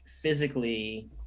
physically